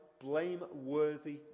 Blameworthy